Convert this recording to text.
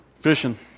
fishing